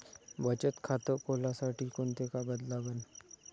बचत खात खोलासाठी कोंते कागद लागन?